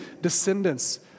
descendants